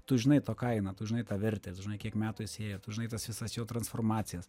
tu žinai to kainą tu žinai tą vertę tu žinai kiek metų jis ėjo tu žinai tas visas jo transformacijas